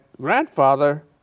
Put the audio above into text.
grandfather